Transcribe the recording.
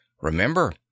Remember